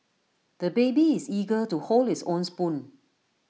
the baby is eager to hold his own spoon